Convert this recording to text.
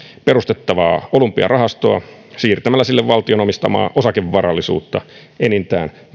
perustettavaa olympiarahastoa siirtämällä sille valtion omistamaa osakevarallisuutta enintään kahdellakymmenellä miljoonalla eurolla